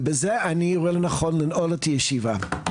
ובזה אני רואה לנכון לנעול את הישיבה.